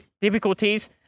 difficulties